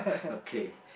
okay